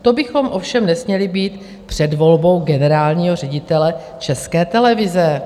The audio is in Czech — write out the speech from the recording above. To bychom ovšem nesměli být před volbou generálního ředitele České televize.